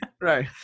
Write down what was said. Right